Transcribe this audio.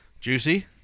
Juicy